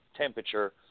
temperature